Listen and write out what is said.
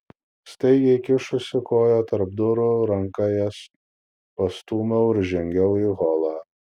staigiai įkišusi koją tarp durų ranka jas pastūmiau ir žengiau į holą